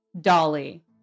Dolly